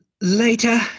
Later